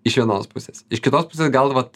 iš vienos pusės iš kitos pusės gal vat